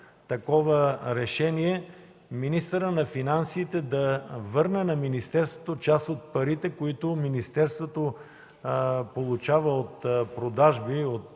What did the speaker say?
такова решение министърът на финансите да върне на министерството част от парите, които министерството получава от продажби